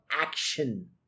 action